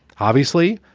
obviously,